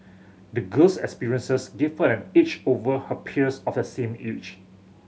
the girl's experiences gave her an edge over her peers of the same age